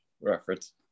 reference